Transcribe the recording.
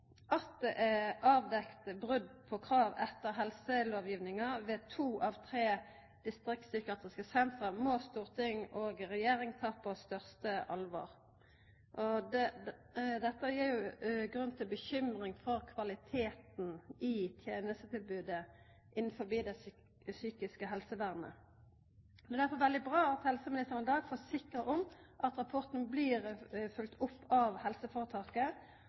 At det er avdekt brot på krav etter helselovgivinga ved to av tre distriktspsykiatriske senter, må storting og regjering ta på største alvor. Dette gir grunn til bekymring for kvaliteten i tenestetilbodet innanfor det psykiske helsevernet. Det er derfor veldig bra at helseministeren i dag forsikrar om at rapporten blir følgd opp av